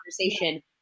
conversation